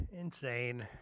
Insane